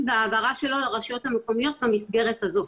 וההעברה שלו לרשויות המקומיות במסגרת הזאת.